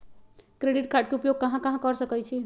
Credit card के उपयोग कहां कहां कर सकईछी?